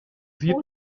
sieht